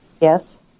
Yes